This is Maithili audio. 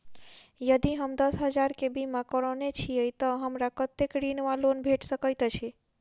यदि हम दस हजार केँ बीमा करौने छीयै तऽ हमरा कत्तेक ऋण वा लोन भेट सकैत अछि?